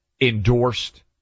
endorsed